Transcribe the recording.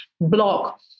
block